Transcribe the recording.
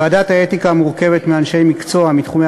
ועדת האתיקה מורכבת מאנשי מקצוע מתחומי